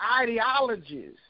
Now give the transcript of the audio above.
ideologies